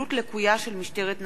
התנהלות לקויה של משטרת נתב"ג,